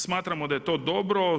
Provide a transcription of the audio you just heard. Smatramo da je to dobro.